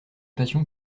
passion